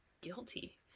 guilty